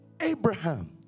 Abraham